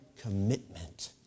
commitment